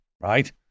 Right